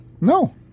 No